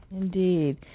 Indeed